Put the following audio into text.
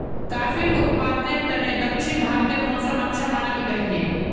काफिर उत्पादनेर तने दक्षिण भारतेर मौसम अच्छा मनाल गहिये